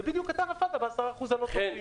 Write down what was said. ובדיוק אתה נפלת ב-10% האלה.